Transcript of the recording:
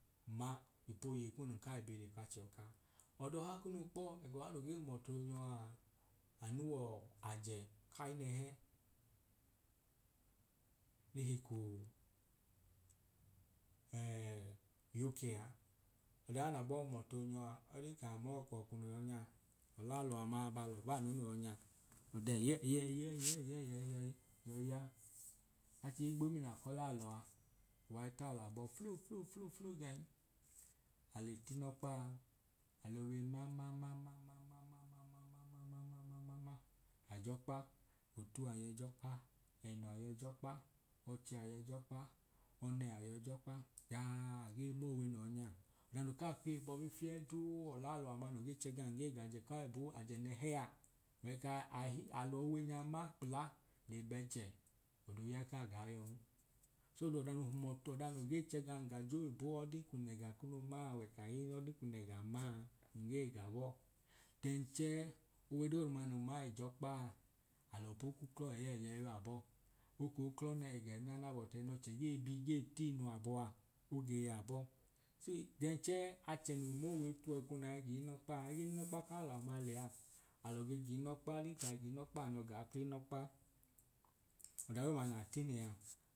Ma ipo yei kum nun kai bi le k'achẹ ẹka. Odoha kunu kpọ, eg'ọha no ge hum ọtu onyọaa anu wọọ aje kai nẹhẹ nehi kuu ẹẹ uk aa. Odoya n'abọ hum ọtu onyọa ọdin ka mọọ ọkwu ọkwu no yọ nya, ọl'alọ ama baa lọ baanu no yọ nya, ọda ẹyẹẹyẹẹyẹẹyẹẹẹyẹyi yọi ya. Achii gbomina kọ lalọ aa, uwai talọ abọ fluflufluflu gẹẹn. A le t’inọkpan, a l'owe mamamamamamamamama, a j'ọkpa, otu a yọi jọkpa, enọ a yọi jọkpa, ọchi a yọi jọkpa, ọne ayọi jọkpa jaaaa agee mowe no yọnya. enoo kaa kwiye fieduu ọl'alọ ama no ge chẹgam g'ajẹ k'oyibo ajẹ nẹhẹ a wẹ kaa a l'owe nya ma kpla le bẹchẹ, od'oya i ka gaa yon. so oda no hum otu oda num ge che gam g'ajoibo ọdin kun lẹga kunu maa wẹẹ kahinin odin kun lega maa n gee g'abọọ then chẹẹ owe dooduma nun ma i jọkpaa, alọ po ku klọ ẹyẹyẹi ba abọọ, okoo uklọ nẹhi gẹn naana but ẹn'ọchẹ gee bi gee tiinu abọ a oge y’abọọ so, then chẹẹ achẹ no m'owe tuwọ eko nai gii nọkpaa, ẹgẹẹ ni nọkpa kalọ ama lẹyaa, alọ ge gii nọkpa ọdin kai gii nọkpa anyọ gaa kli nọkpa ọdadoduma na tine a